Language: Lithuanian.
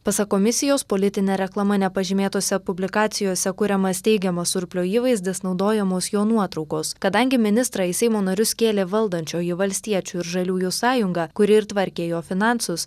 pasak komisijos politine reklama nepažymėtose publikacijose kuriamas teigiamas surplio įvaizdis naudojamos jo nuotraukos kadangi ministrą į seimo narius kėlė valdančioji valstiečių ir žaliųjų sąjunga kuri ir tvarkė jo finansus